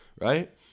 right